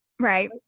Right